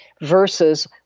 versus